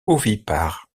ovipare